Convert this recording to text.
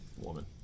woman